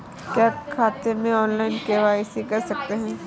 क्या खाते में ऑनलाइन के.वाई.सी कर सकते हैं?